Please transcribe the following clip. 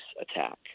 attack